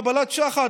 קבלת שוחד,